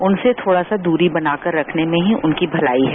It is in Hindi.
उनसे थोड़ो सा दूरी बनाकर रखने में ही उनकी मलाई है